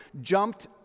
jumped